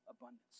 abundance